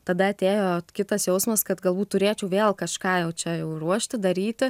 tada atėjo kitas jausmas kad galbūt turėčiau vėl kažką jau čia jau ruošti daryti